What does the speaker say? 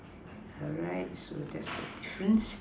alright so that's a difference